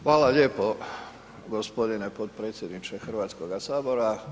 Hvala lijepo gospodine potpredsjedniče Hrvatskoga sabora.